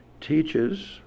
teaches